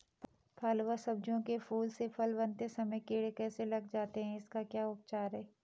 फ़ल व सब्जियों के फूल से फल बनते समय कीड़े कैसे लग जाते हैं इसका क्या उपचार है?